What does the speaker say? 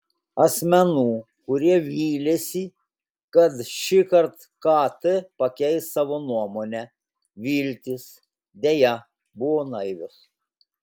asmenų kurie vylėsi kad šįkart kt pakeis savo nuomonę viltys deja buvo naivios